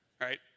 Right